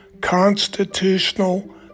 constitutional